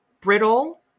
Brittle